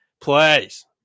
please